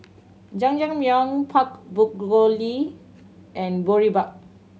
Jajangmyeon Pork Bulgogi and Boribap